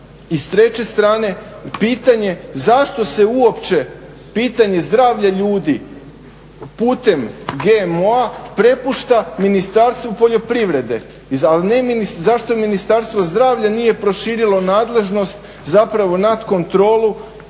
I s treće strane i pitanje zašto se uopće pitanje zdravlja ljudi putem GMO-a prepušta Ministarstvu poljoprivrede, a zašto Ministarstvo zdravlja nije proširili nadležnost, zapravo nad kontrolu